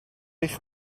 eich